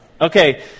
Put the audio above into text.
okay